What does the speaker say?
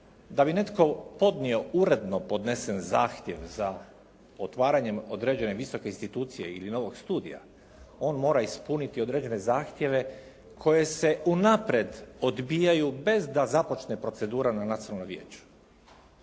da bi netko podnio uredno podnesen zahtjev za otvaranjem određene visoke institucije ili novog studija, on mora ispuniti određene zahtjeve koje se unaprijed odbijaju bez da započne procedura na nacionalnom vijeću.